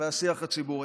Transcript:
והשיח הציבורי.